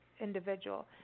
individual